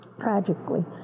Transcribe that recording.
tragically